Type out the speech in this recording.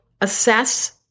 assess